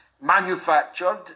manufactured